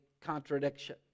contradiction